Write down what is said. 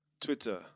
Twitter